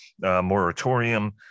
moratorium